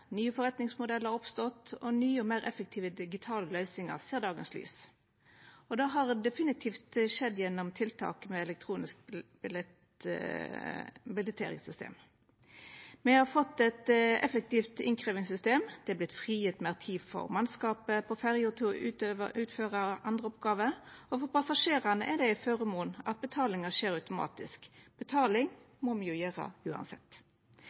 Nye forretningsmodellar har oppstått, og nye og meir effektive digitale løysingar ser dagens lys. Det har definitivt skjedd gjennom tiltak med elektronisk billetteringssystem. Me har fått eit effektivt innkrevjingssystem, det har vorte frigjeve meir tid for mannskapet på ferja til å utføra andre oppgåver, og for passasjerane er det ein føremon at betalinga skjer automatisk. Betala må me jo gjera uansett.